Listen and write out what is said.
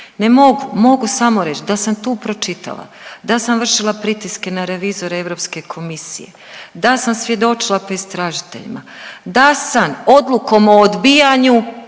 ne mogu. Mogu samo reć da sam tu pročitala da sam vršila pritiske na revizore Europske komisije, da sam svjedočila pred istražiteljima, da sam odlukom o odbijanju